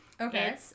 Okay